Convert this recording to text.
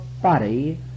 body